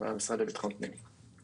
במשרד לביטחון פנים.